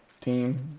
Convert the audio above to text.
team